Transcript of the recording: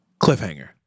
Cliffhanger